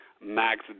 Max